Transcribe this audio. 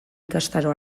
ikastaro